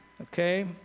Okay